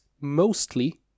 mostly